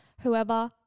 whoever